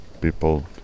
people